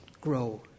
grow